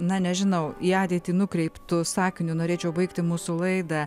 na nežinau į ateitį nukreiptu sakiniu norėčiau baigti mūsų laidą